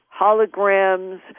holograms